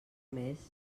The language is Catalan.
més